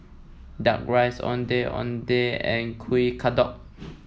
duck rice Ondeh Ondeh and Kuih Kodok